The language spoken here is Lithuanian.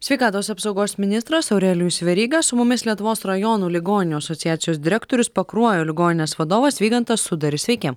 sveikatos apsaugos ministras aurelijus veryga su mumis lietuvos rajonų ligoninių asociacijos direktorius pakruojo ligoninės vadovas vygantas sudaris sveiki